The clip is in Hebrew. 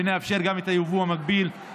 שנאפשר גם את היבוא המקביל,